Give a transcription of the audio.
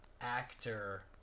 actor